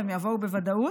והם יבואו בוודאות,